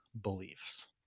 beliefs